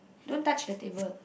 don't touch the table